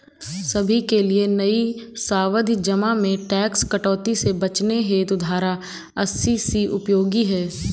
सभी के लिए नई सावधि जमा में टैक्स कटौती से बचने हेतु धारा अस्सी सी उपयोगी है